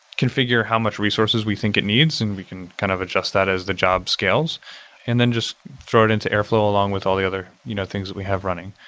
configure how much resources we think it needs and we can kind of adjust that as the job scales and then just throw it into airflow along with all the other you know things that we have running.